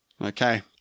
Okay